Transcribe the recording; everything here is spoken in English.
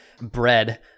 bread